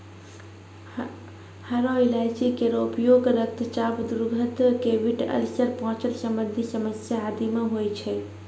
हरो इलायची केरो उपयोग रक्तचाप, दुर्गंध, कैविटी अल्सर, पाचन संबंधी समस्या आदि म होय छै